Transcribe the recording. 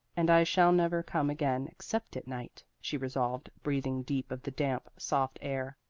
and i shall never come again except at night, she resolved, breathing deep of the damp, soft air.